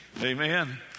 Amen